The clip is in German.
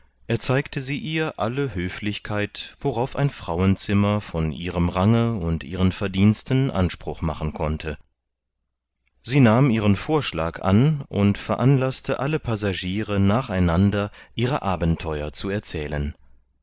erzeigte sie ihr alle höflichkeit worauf ein frauenzimmer von ihrem range und ihren verdiensten anspruch machen konnte sie nahm ihren vorschlag an und veranlaßte alle passagiere nacheinander ihre abenteuer zu erzählen